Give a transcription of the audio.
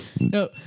No